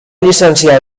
llicenciar